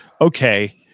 okay